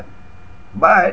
but